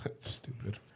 Stupid